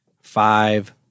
five